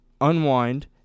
unwind